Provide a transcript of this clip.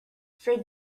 for